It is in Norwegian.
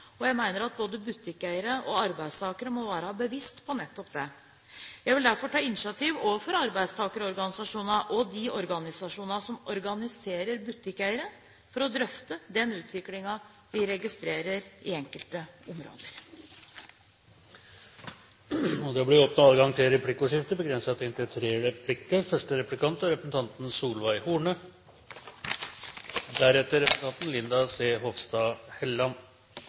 og jeg mener at både butikkeiere og arbeidstakere må være bevisste på nettopp det. Jeg vil derfor ta initiativ overfor arbeidstakerorganisasjonene og de organisasjonene som organiserer butikkeiere, for å drøfte den utviklingen vi registrerer i enkelte områder. Det blir replikkordskifte. La meg først få lov til å si at jeg ikke har sett noen plass at det ikke er